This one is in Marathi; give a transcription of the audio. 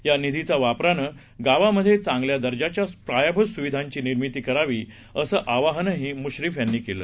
यानिधीचावापरानंगावांमध्येचांगल्यादर्जाच्यापायाभूतसुविधांचीनिर्मितीकरावीअसंआवाहनहीमुश्रीफयांनीकेलं